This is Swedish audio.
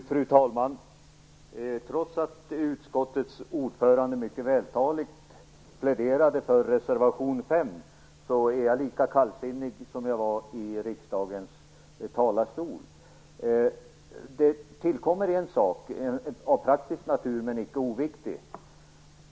Fru talman! Trots att utskottets ordförande mycket vältaligt pläderade för reservation 5 är jag lika kallsinnig nu som jag nyss var i riksdagens talarstol. Det tillkommer en sak av praktisk natur som icke är oviktig.